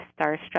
Starstruck